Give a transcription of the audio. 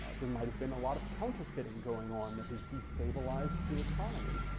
there might have been a lot of counterfeiting going on that has destabilized the economy.